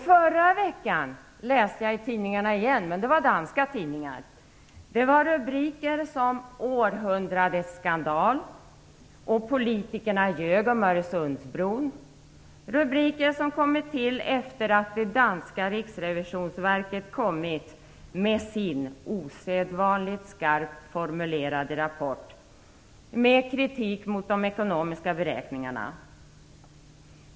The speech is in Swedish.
Förra veckan läste jag i danska tidningar rubriker som "Århundradets skandal" och "Politikerna ljög om Öresundsbron". Detta är rubriker som har kommit till efter det att det danska riksrevisionsverket kommit med sin osedvanligt skarpt formulerade rapport som innehöll kritik mot de ekonomiska beräkningarna.